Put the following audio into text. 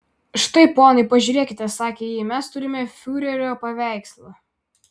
štai ponai pažiūrėkite sakė ji mes turime fiurerio paveikslą